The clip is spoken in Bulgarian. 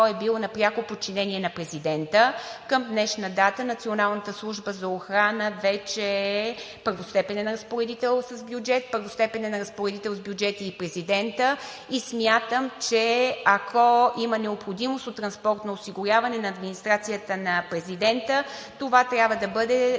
е била на пряко подчинение на президента. Към днешна дата Националната служба за охрана вече е първостепенен разпоредител с бюджет, първостепенен разпоредител с бюджет е и президентът и смятам, че ако има необходимост от транспортно осигуряване на администрацията на президента, това трябва да бъде